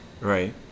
Right